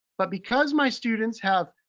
but because my students have,